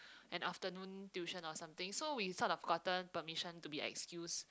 an afternoon tuition or something so we sort of gotten permission to be excused